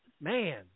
Man